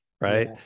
right